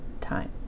time